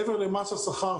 מעבר למס השכר,